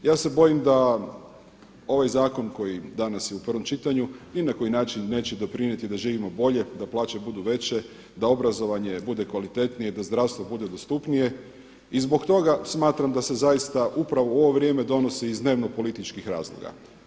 Ja se bojim da ovaj zakon koji danas je u prvom čitanju ni na koji način neće doprinijeti da živimo bolje, da plaće budu veće, da obrazovanje bude kvalitetnije i da zdravstvo bude dostupnije i zbog toga smatram da se zaista upravo u ovo vrijeme donosi iz dnevnopolitičkih razloga.